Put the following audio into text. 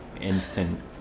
instant